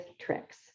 tricks